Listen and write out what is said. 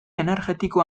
energetiko